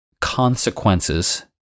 consequences